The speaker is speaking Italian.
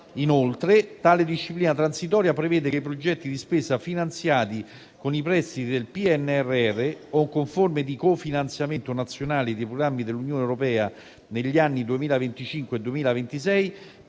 Inoltre, tale disciplina transitoria prevede che i progetti di spesa finanziati con i prestiti del PNRR, o con forme di cofinanziamento nazionale dei programmi dell'Unione europea negli anni 2025 e 2026,